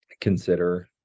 consider